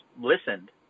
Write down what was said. listened